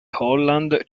holland